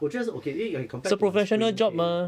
我觉得是 okay 因为 ya you compared to my spring pay